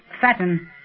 fatten